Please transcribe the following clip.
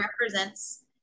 represents